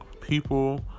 people